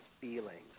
feelings